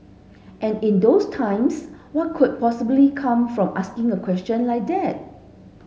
and in those times what could possibly come from asking a question like that